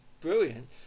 brilliant